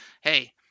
Hey